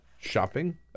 shopping